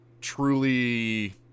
truly